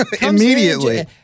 Immediately